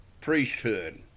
priesthood